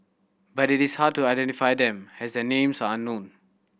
but it is hard to identify them as their names are unknown